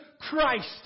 Christ